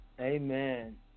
Amen